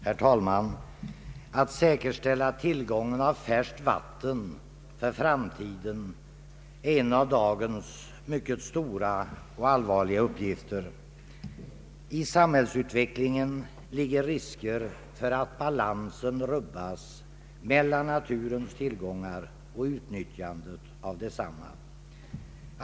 Herr talman! Att säkerställa tillgången av färskt vatten för framtiden är en av dagens mycket stora och allvarliga uppgifter. I samhällsutvecklingen ligger risker för att balansen rubbas mellan naturens tillgångar och utnyttjandet av desamma.